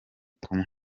kumwe